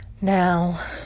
Now